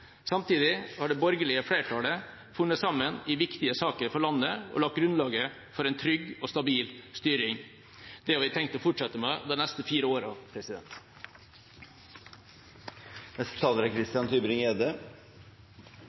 Samtidig har det borgerlige flertallet funnet sammen i viktige saker for landet og lagt grunnlaget for en trygg og stabil styring. Det har vi tenkt å fortsette med de neste fire årene. Det er